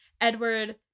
Edward